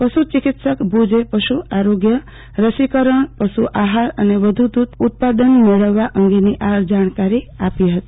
પશુ ચિકિત્સક ભુજ એ પશુ આરોગ્ય રસીકરણ પશુ આહાર અને વધુ દુધઉત્પાદન મેળવવા અંગેની સમજ આપી હતી